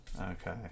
Okay